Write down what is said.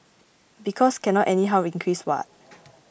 because cannot anyhow increase what